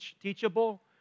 teachable